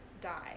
die